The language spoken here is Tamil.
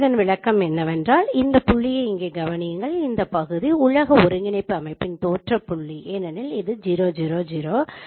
இதன் விளக்கம் என்னவென்றால் இந்த புள்ளியை இங்கே கவனியுங்கள் இந்த பகுதி உலக ஒருங்கிணைப்பு அமைப்பின் தோற்றம் புள்ளி ஏனெனில் இது 0 0 0